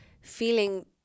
feeling